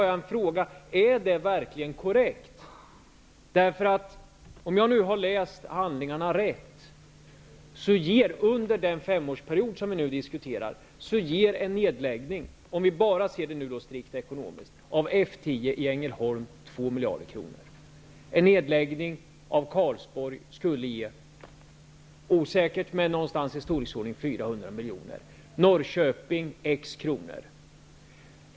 Jag vill fråga om det verkligen är korrekt. Såvitt jag förstår efter att ha läst handlingarna ger under den femårsperiod som vi nu diskuterar en nedläggning av F 10 i Ängelholm strikt ekonomiskt Karlsborg skulle ge är osäkert, men det blir någonstans i storleksordningen 400 miljoner, och en nedläggning i Norrköping ger x kronor.